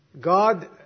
God